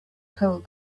told